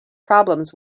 problems